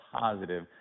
positive